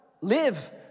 Live